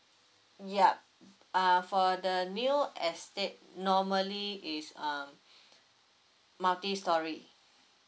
yup uh for the new estate normally is um multi storey